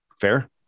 Fair